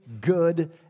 good